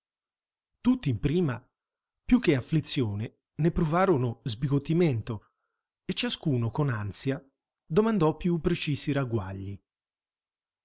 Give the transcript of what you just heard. tutti in prima più che afflizione ne provarono sbigottimento e ciascuno con ansia domandò più precisi ragguagli